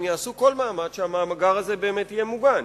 הם יעשו כל מאמץ שהמאגר הזה באמת יהיה מוגן.